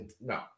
no